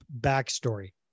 backstory